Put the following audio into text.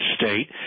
state